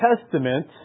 Testament